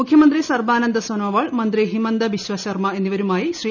മുഖ്യമന്ത്രി സർബാനന്ദ സോനോവാൾ മന്ത്രി ഹിമന്ദബിശ്വ ശർമ്മ എന്നിവരുമായി ശ്രീ